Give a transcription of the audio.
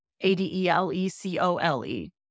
A-D-E-L-E-C-O-L-E